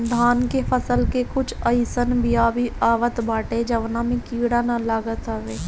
धान के फसल के कुछ अइसन बिया भी आवत बाटे जवना में कीड़ा ना लागत हवे